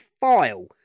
file